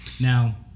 Now